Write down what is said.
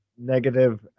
negative